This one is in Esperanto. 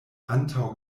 antaŭ